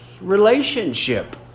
relationship